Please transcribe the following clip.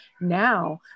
Now